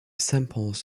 samples